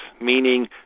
meaning